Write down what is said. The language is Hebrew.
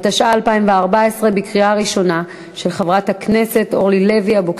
התשע"ה 2014, לוועדה לקידום מעמד